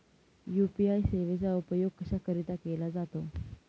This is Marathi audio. यू.पी.आय सेवेचा उपयोग कशाकरीता केला जातो?